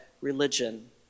religion